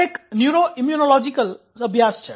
આ એક neuro immunological અભ્યાસ છે